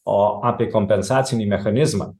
o apie kompensacinį mechanizmą